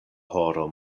horo